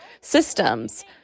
systems